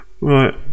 right